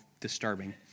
disturbing